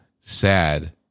sad